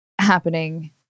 happening